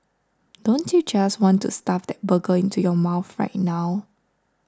don't you just want to stuff that burger into your mouth right now